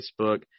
Facebook